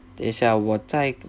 等下我再